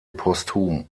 posthum